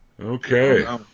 Okay